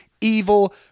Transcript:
evil